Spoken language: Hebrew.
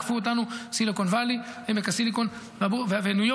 עקפו אותנו עמק הסיליקון וניו-יורק,